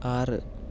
ആറ്